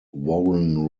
warren